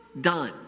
done